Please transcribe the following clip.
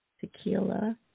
Tequila